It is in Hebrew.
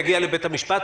יגיע לבית המשפט,